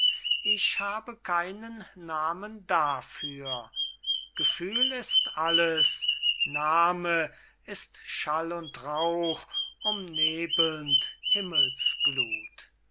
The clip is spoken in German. ich habe keinen nahmen dafür gefühl ist alles name ist schall und rauch umnebelnd